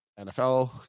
nfl